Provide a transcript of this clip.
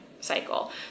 cycle